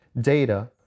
data